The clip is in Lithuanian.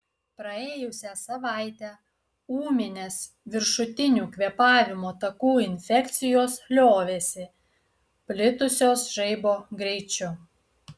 praėjusią savaitę ūminės viršutinių kvėpavimo takų infekcijos liovėsi plitusios žaibo greičiu